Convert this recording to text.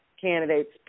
candidates